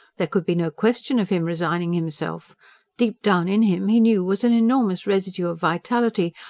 there could be no question of him resigning himself deep down in him, he knew, was an enormous residue of vitality,